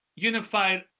Unified